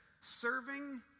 serving